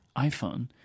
iPhone